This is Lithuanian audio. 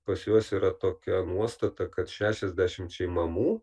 pas juos yra tokia nuostata kad šešiasdešimčiai mamų